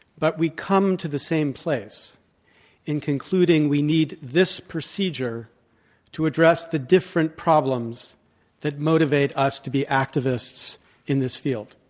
but we come to the same place in concluding we need this procedure to address the different problems that motivate us to be activists in this field.